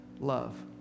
love